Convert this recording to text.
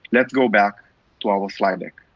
let's go back to our slide deck.